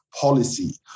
policy